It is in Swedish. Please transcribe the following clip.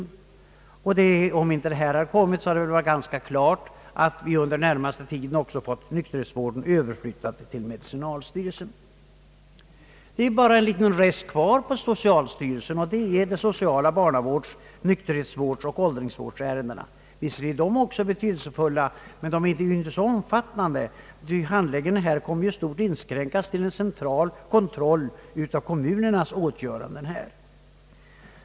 Om inte det förslag vi här behandlar hade kommit, så hade det varit ganska klart att också nykterhetsvården inom den närmaste tiden hade överflyttats till medicinalstyrelsen. Det är bara en rest kvar för socialstyrelsen, och det är de rent sociala barnavårds-, nykterhetsvårdsoch åldringsvårdsärendena. Visserligen är de betydelsefulla, men de är inte så omfattande, ty handläggningen där inskränkes i stort till central kontroll av kommunernas åtgöranden.